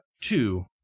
Two